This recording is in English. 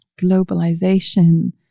globalization